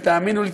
ותאמינו לי,